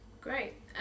Great